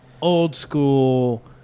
old-school